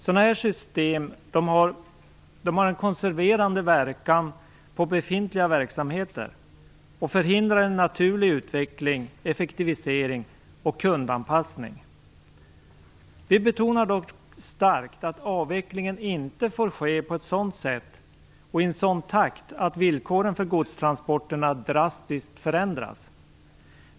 Sådana här system har en konserverande verkan på befintliga verksamheter och förhindrar en naturlig utveckling, effektivisering och kundanpassning. Vi betonar dock starkt att avvecklingen inte får ske på ett sådant sätt och i en sådan takt att villkoren för godstransporterna drastiskt förändras.